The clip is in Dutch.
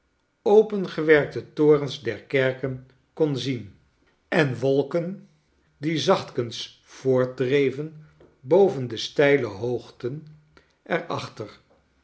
opengewerkte torens der kerken kon zien en wolken die zachtkens voortdreven boven de steile hoogten